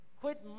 Quit